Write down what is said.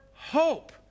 Hope